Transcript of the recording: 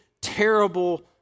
terrible